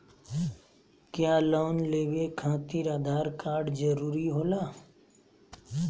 क्या लोन लेवे खातिर आधार कार्ड जरूरी होला?